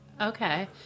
Okay